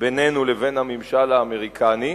בינינו לבין הממשל האמריקני.